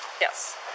Yes